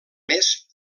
més